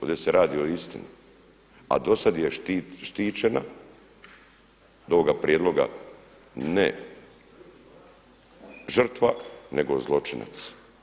Ovdje se radi o istini, a do sada je štićena do ovoga prijedloga, ne žrtva nego zločinac.